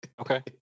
okay